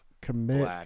commit